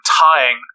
tying